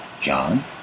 John